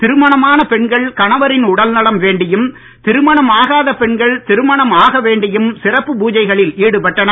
திருமணம் ஆன பெண்கள் கணவரின் உடல்நலம் வேண்டியும் திருமணம் ஆகாத பெண்கள் திருமணம் ஆகவேண்டியும் சிறப்பு பூஜைகளில் ஈடுபட்டனர்